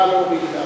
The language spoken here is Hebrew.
ממה להוריד?